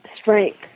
strength